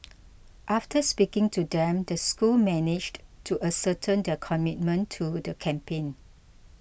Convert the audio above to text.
after speaking to them the school managed to ascertain their commitment to the campaign